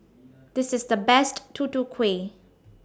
This IS The Best Tutu Kueh